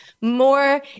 more